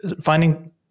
finding